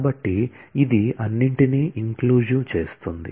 కాబట్టి ఇది అన్నింటినీ ఇంక్లూసివ్ చేస్తుంది